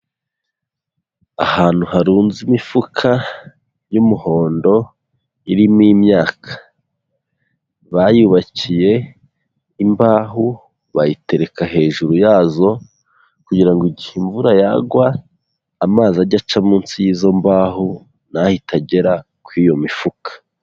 Ahantu harunze imifuka y'umuhondo, irimo imyaka, bayubakiye imbaho bayitereka hejuru yazo, kugira ngo igihe imvura yagwa amazi ajya aca munsi y'izo mbaho, ntahite agera ku iyo mifuka.